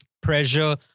pressure